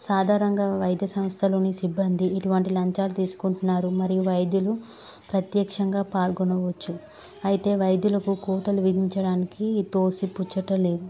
సాధారణంగా వైద్య సంస్థలోని సిబ్బంది ఇటువంటి లంచాలు తీసుకుంటున్నారు మరియు వైద్యులు ప్రత్యక్షంగా పాల్గొనవచ్చు అయితే వైద్యులకు కోతలు విధించడానికి ఈ తోసి పుచ్చట లేవు